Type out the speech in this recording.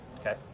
Okay